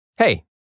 Hey